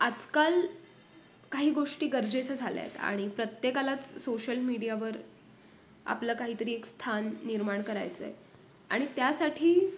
आजकाल काही गोष्टी गरजेच्या झाल्या आहेत आणि प्रत्येकालाच सोशल मीडियावर आपलं काही तरी एक स्थान निर्माण करायचं आहे आणि त्यासाठी